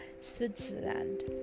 Switzerland